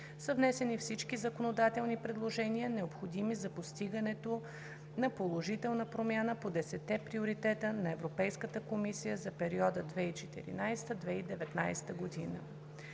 внесени всички законодателни предложения, необходими за постигането на положителна промяна по десетте приоритета на Европейската комисия за периода 2014 – 2019 г.